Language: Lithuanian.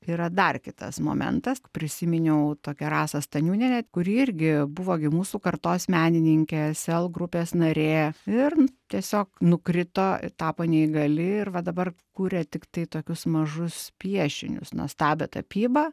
yra dar kitas momentas prisiminiau tokia rasą staniūnienę kuri irgi buvo gi mūsų kartos menininkė sel grupės narė ir tiesiog nukrito tapo neįgali ir va dabar kuria tiktai tokius mažus piešinius nuostabią tapybą